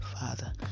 Father